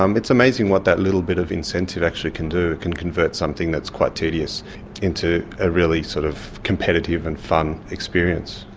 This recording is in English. um it's amazing what that little bit of incentive actually can do, it can convert something that's quite tedious into a really sort of competitive and fun experience.